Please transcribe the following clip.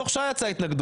תוך שעה יצאה התנגדות.